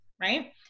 right